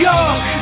York